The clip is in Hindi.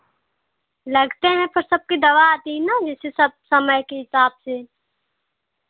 लगते हैं पर सबकी दवा आती है ना जिस हिसाब समय के हिसाब से